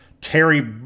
Terry